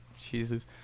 Jesus